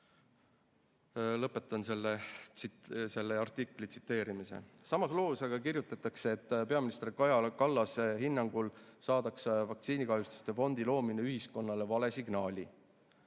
6000st."Lõpetan selle artikli tsiteerimise. Samas loos aga kirjutatakse, et peaminister Kaja Kallase hinnangul saadaks vaktsiinikahjustuste fondi loomine ühiskonnale vale signaali.